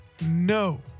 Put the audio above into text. no